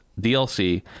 DLC